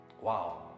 Wow